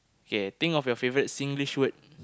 K think of your favourite Singlish word